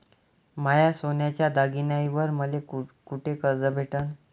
माया सोन्याच्या दागिन्यांइवर मले कुठे कर्ज भेटन?